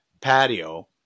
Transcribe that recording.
patio